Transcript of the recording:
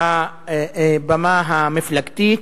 הבמה המפלגתית,